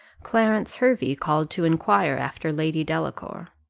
clarence hervey called to inquire after lady delacour.